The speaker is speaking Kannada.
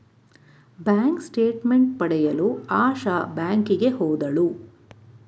ಬ್ಯಾಂಕ್ ಸ್ಟೇಟ್ ಮೆಂಟ್ ಪಡೆಯಲು ಆಶಾ ಬ್ಯಾಂಕಿಗೆ ಹೋದಳು